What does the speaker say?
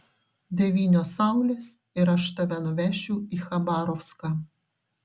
devynios saulės ir aš tave nuvešiu į chabarovską